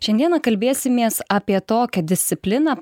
šiandieną kalbėsimės apie tokią discipliną